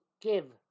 give